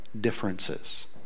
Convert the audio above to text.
differences